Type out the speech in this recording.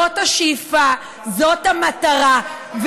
זאת השאיפה, זאת המטרה.